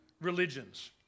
religions